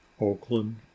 Oakland